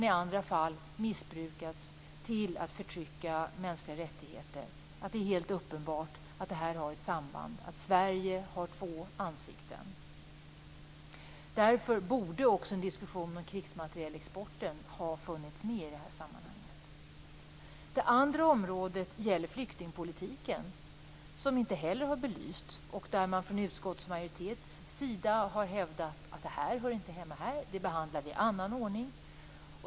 I andra fall har materielen missbrukats till att förtrycka mänskliga rättigheter. Det är helt uppenbart att det här har ett samband, att Sverige har två ansikten. Därför borde också en diskussion om krigsmaterielexporten ha funnits med i det här sammanhanget. Det gäller för det andra flyktingpolitiken, som inte heller har belysts. Från utskottsmajoritetens sida har man hävdat att den inte hör hemma här utan behandlas i annan ordning.